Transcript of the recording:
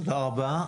תודה רבה.